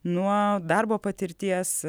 nuo darbo patirties